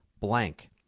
blank